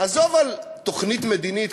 עזוב תוכנית מדינית,